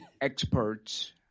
experts